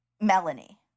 Melanie